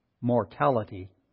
mortality